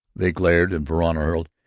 they glared, and verona hurled,